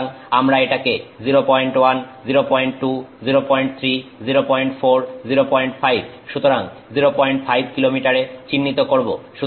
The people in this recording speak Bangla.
সুতরাং আমরা এটাকে 01 02 03 04 05 সুতরাং 05 কিলোমিটারে চিহ্নিত করব